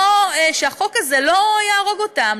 שהחוק הזה לא יהרוג אותן,